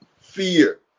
Fear